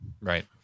Right